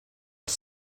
els